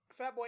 Fatboy